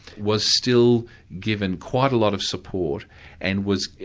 was still given quite a lot of support and was,